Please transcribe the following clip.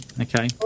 Okay